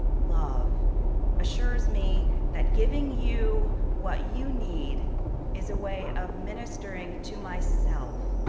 love assures me that giving you what you need is a way of ministering to myself,